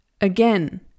Again